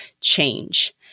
change